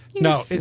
No